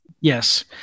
Yes